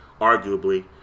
arguably